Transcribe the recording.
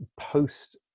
post